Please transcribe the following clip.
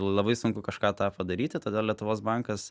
labai sunku kažką tą padaryti todėl lietuvos bankas